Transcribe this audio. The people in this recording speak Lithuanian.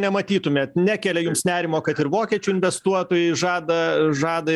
nematytumėt nekelia jums nerimo kad ir vokiečių investuotojai žada žada